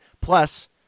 plus